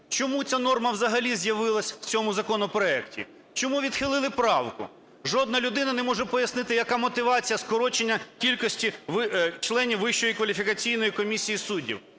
чому ця норма взагалі з'явилась в цьому законопроекті, чому відхилили правку. Жодна людина не може пояснити, яка мотивація скорочення кількості членів Вищої